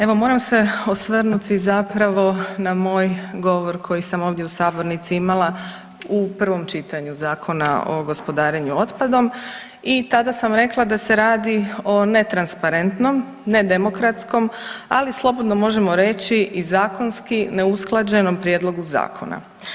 Evo moram se osvrnuti zapravo na moj govor koji sam ovdje u sabornici imala u prvom čitanju Zakona o gospodarenju otpadom i tada sam rekla da se radi o netransparentnom, nedemokratskom, ali slobodno možemo reći i zakonski neusklađenom prijedlogu zakona.